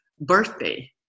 birthday